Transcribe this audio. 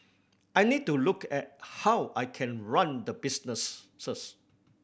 I need to look at how I can run the businesses